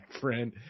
friend